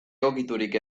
egokiturik